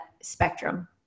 spectrum